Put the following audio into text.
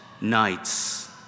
nights